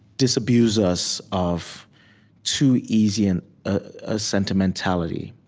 disabuse us of too easy and a sentimentality